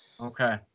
Okay